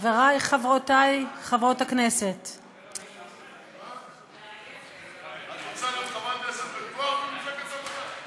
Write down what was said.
חבר הכנסת זוהיר בהלול, בבקשה.